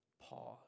Pause